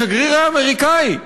השגריר האמריקני,